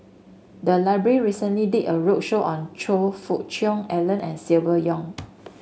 the library recently did a roadshow on Choe Fook Cheong Alan and Silvia Yong